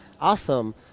awesome